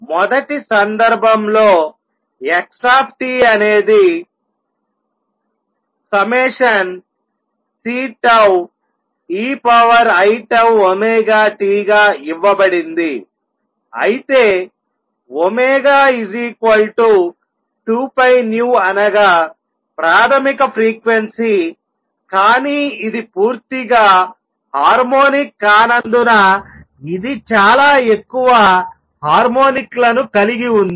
మొదటి సందర్భంలో x అనేది ∑Ceiτωt గా ఇవ్వబడింది అయితే 2π అనగా ప్రాథమిక ఫ్రీక్వెన్సీకానీ ఇది పూర్తిగా హార్మోనిక్ కానందున ఇది చాలా ఎక్కువ హార్మోనిక్లను కలిగి ఉంది